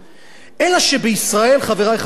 אלא שבישראל, חברי חברי הכנסת,